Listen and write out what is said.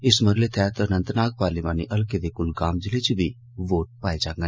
इस मरहले तैह्त अनंतनाग पार्लिमानी हल्के दे कुलगाम जिले च बी वोट पाए जांगन